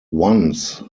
once